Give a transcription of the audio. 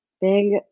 Big